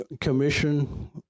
Commission